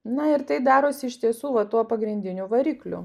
na ir tai darosi iš tiesų va tuo pagrindiniu varikliu